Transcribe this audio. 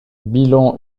bilan